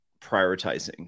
prioritizing